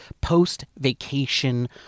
post-vacation